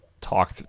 talk